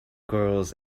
girls